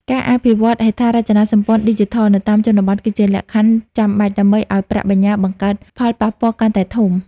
ការអភិវឌ្ឍ "ហេដ្ឋារចនាសម្ព័ន្ធឌីជីថល" នៅតាមជនបទ គឺជាលក្ខខណ្ឌចាំបាច់ដើម្បីឱ្យប្រាក់បញ្ញើបង្កើតផលប៉ះពាល់កាន់តែធំ។